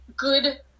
good